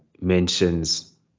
mentions